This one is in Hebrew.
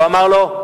הוא אמר לו: